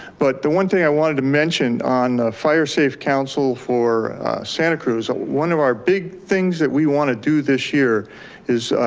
but the one thing i wanted to mention on firesafe council for santa cruz. ah one of big things that we want to do this year is,